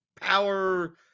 power